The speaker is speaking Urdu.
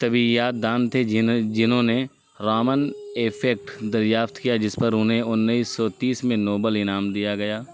طبیعیات دان تھے جنہیں جنہوں نے رامن افیکٹ دریافت کیا جس پر انہیں انیس سو تیس میں نوبل انعام دیا گیا